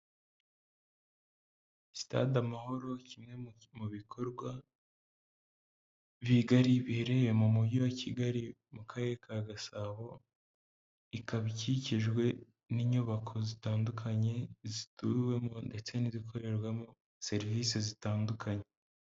Stade Amahoro ni kimwe mu bikorwa bigari biherereye mu mujyi wa Kigali, mu karere ka Gasabo. Ikaba ikikijwe n'inyubako zitandukanye, zituwemo ndetse n'izikorerwamo serivisi zitandukanye.